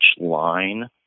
line